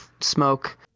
smoke